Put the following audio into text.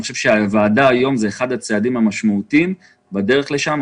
הוועדה היום היא אחד הצעדים המשמעותיים בדרך לשם.